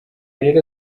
rero